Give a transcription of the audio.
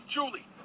Julie